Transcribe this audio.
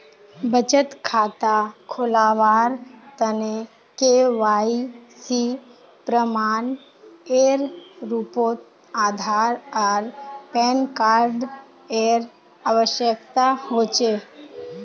बचत खता खोलावार तने के.वाइ.सी प्रमाण एर रूपोत आधार आर पैन कार्ड एर आवश्यकता होचे